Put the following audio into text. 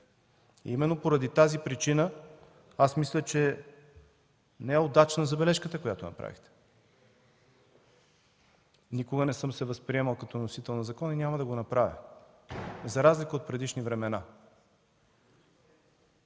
Именно поради тази причина мисля, че не е удачна забележката, която направихте. Никога не съм се възприемал като вносител на закона и няма да го направя, за разлика от предишни времена.